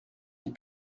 est